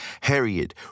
Harriet